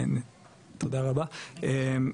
תודה רבה,